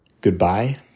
Goodbye